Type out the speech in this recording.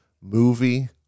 movie